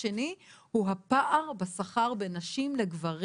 הפער בשכר בין נשים לגברים.